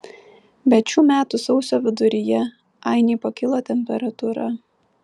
bet šių metų sausio viduryje ainei pakilo temperatūra